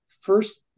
first